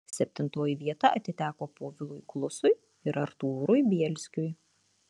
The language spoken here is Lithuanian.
septintoji vieta atiteko povilui klusui ir artūrui bielskiui